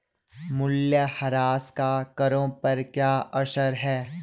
मूल्यह्रास का करों पर क्या असर है?